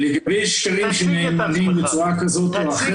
יש דברים שנאמרים שצורה כזאת או אחרת.